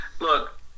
look